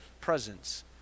presence